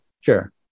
Sure